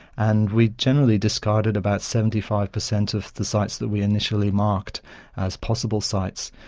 and we generally discarded about seventy five percent of the sites that we initially marked as possible sites.